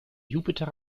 jupiter